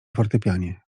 fortepianie